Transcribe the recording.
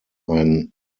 ein